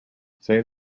say